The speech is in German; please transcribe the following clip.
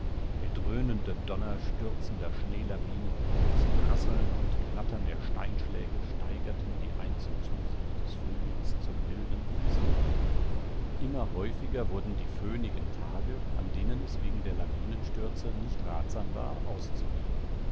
der dröhnende donner stürzender schneelawinen das prasseln und knattern der steinschläge steigerten die einzugsmusik des frühlings zu wildem festgetön immer häufiger wurden die föhnigen tage an denen es wegen der lawinenstürze nicht ratsam war auszugehen